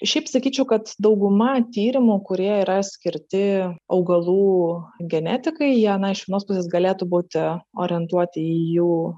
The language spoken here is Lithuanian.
šiaip sakyčiau kad dauguma tyrimų kurie yra skirti augalų genetikai jie na iš vienos pusės galėtų būti orientuoti į jų